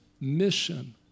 mission